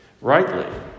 rightly